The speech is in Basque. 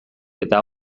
eta